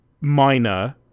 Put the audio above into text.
minor